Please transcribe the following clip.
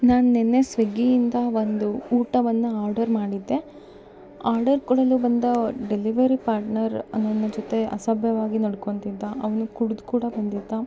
ನಾನು ನೆನ್ನೆ ಸ್ವಿಗ್ಗಿಯಿಂದ ಒಂದು ಊಟವನ್ನು ಆರ್ಡರ್ ಮಾಡಿದ್ದೆ ಆರ್ಡರ್ ಕೊಡಲು ಬಂದ ಡೆಲಿವರಿ ಪಾರ್ಟ್ನರ್ ನನ್ನ ಜೊತೆ ಅಸಭ್ಯವಾಗಿ ನಡ್ಕೊತಿದ್ದ ಅವನು ಕುಡ್ದು ಕೂಡ ಬಂದಿದ್ದ